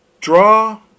Draw